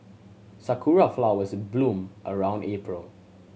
sakura flowers bloom around April